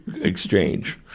exchange